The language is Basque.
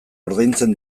ordaintzen